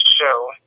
show